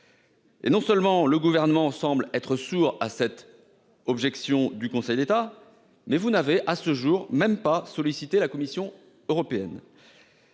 Et non seulement le gouvernement semble être sourd à cette objection du Conseil d'État. Mais vous n'avez à ce jour même pas solliciter la Commission européenne.